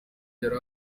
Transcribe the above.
yari